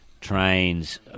trains